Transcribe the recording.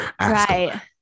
Right